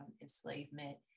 enslavement